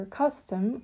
custom